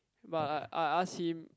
but I I ask him